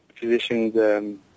positions